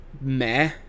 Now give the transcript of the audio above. meh